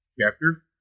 Chapter